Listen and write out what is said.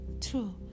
True